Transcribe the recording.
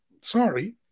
sorry